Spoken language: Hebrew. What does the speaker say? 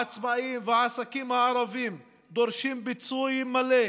העצמאים והעסקים הערבים דורשים פיצוי מלא.